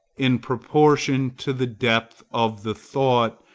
in proportion to the depth of the thought,